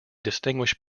distinguish